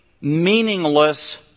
meaningless